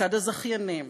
מצד הזכיינים